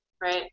right